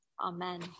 Amen